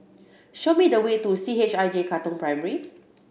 show me the way to C H I J Katong Primary